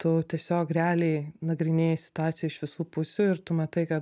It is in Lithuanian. tu tiesiog realiai nagrinėji situaciją iš visų pusių ir tu matai kad